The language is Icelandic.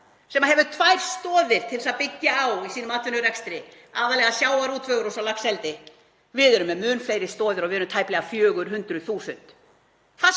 sem hefur tvær stoðir til að byggja á í sínum atvinnurekstri, aðallega sjávarútveg og laxeldi. Við erum með mun fleiri stoðir og við erum tæplega 400.000.